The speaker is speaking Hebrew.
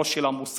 בראש של המוסד,